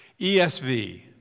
ESV